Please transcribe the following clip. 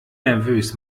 nervös